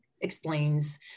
explains